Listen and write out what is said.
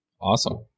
Awesome